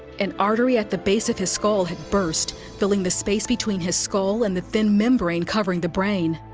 an artery at the base of his skull had burst, filling the space between his skull and the thin membrane covering the brain.